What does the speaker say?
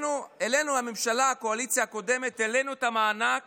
הממשלה, הקואליציה הקודמת, העלתה את המענק